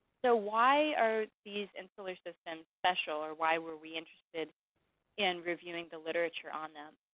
so why are these insular systems special, or why were we interested in reviewing the literature on them?